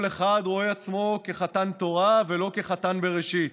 כל אחד רואה עצמו כחתן תורה ולא כחתן בראשית.